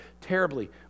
terribly